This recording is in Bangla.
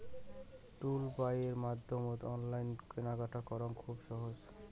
টুলবাইয়ের মাধ্যমত অনলাইন কেনাকাটা করা খুব সোজা